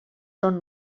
són